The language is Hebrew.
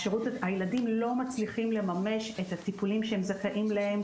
הילדים לא מצליחים לממש את הטיפולים כשהם זכאים להם,